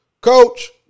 coach